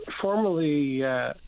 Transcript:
formerly